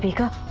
go.